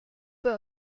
peu